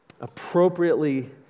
appropriately